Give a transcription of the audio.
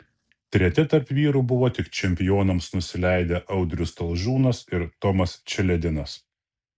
treti tarp vyrų buvo tik čempionams nusileidę audrius talžūnas ir tomas čeledinas